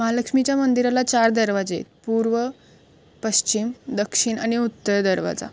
महालक्ष्मीच्या मंदिराला चार दरवाजे आहेत पूर्व पश्चिम दक्षिण आणि उत्तर दरवाजा